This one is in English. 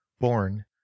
born